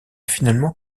finalement